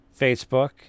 Facebook